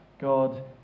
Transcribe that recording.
God